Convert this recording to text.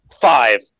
Five